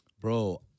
Bro